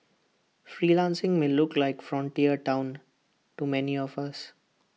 freelancing may look like frontier Town to many of us